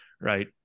right